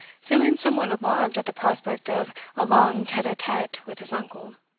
feeling somewhat alarmed at the prospect of a long tete-a-tete with his uncle.